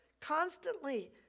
constantly